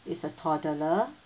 is a toddler